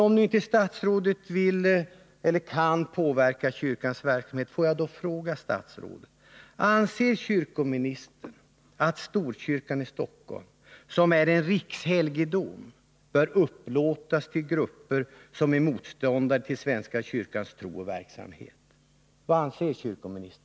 Om inte statsrådet vill eller kan påverka kyrkans verksamhet, får jag då fråga statsrådet: Anser kyrkoministern att Storkyrkan i Stockholm, som är en rikshelgedom, bör upplåtas till grupper som är motståndare till svenska kyrkans tro och verksamhet?